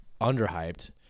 Underhyped